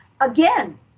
Again